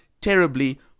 terribly